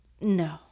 no